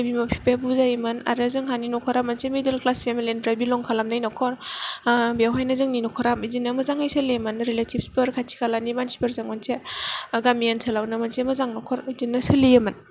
आंनि बिमा बिफाया बुजायोमोन आरो जोंहानि नखरा मोनसे मिदल क्लास पेमिलिनिफ्राय बिलं खालामनाय नखर बेयावनो जोंनि नखरा मोजाङै सोलियोमोन रिलेटिभ्सफोर खाथि खालानि मानसिफोरजों मोनसे गामि ओनसोलावनो मोनसे मोजां नखर बिदिनो सोलियोमोन